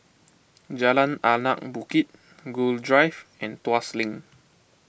Jalan Anak Bukit Gul Drive and Tuas Link